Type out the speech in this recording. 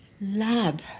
Lab